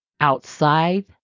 outside